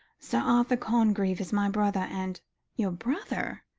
sir arthur congreve is my brother, and your brother?